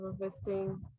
investing